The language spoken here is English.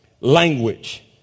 language